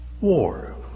war